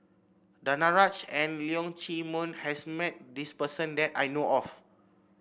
Danaraj and Leong Chee Mun has met this person that I know of